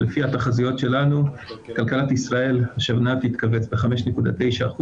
שלפי התחזיות שלנו כלכלת ישראל השנה תתכווץ ב-5.9%,